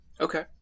Okay